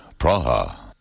Praha